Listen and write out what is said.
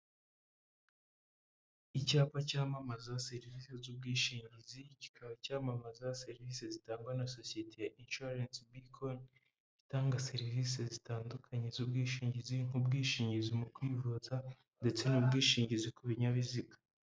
Icyapa cyamamaza serivisi z'ubwishingizi, kikaba cyamamaza serivisi zitangwa na sosiyete ya inshuwarensi Bikoni, itanga serivisi zitandukanye z'ubwishingizi nk'ubwishingizi mu kwivuza ndetse n'ubwishingizi ku binyabiziga.